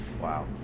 Wow